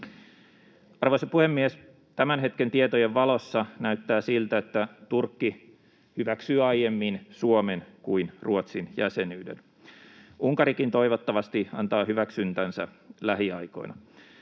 Arvoisa puhemies! Tämän hetken tietojen valossa näyttää siltä, että Turkki hyväksyy aiemmin Suomen kuin Ruotsin jäsenyyden. Unkarikin toivottavasti antaa hyväksyntänsä lähiaikoina.